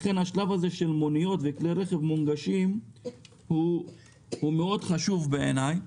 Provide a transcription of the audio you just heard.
לכן השלב הזה של מוניות וכלי רכב מונגשים הוא חשוב מאוד בעיניי.